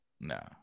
No